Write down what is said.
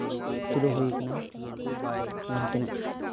ᱛᱩᱞᱟᱹᱣ ᱦᱩᱭ ᱠᱟᱱᱟ ᱡᱟᱦᱟᱸ ᱛᱤᱱᱟᱹᱜ